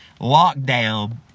lockdown